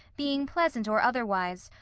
being pleasant or otherwise,